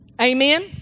Amen